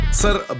Sir